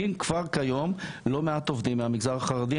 מעסיקים כבר כיום לא מעט עובדים מהמגזר החרדי,